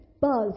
buzz